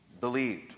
believed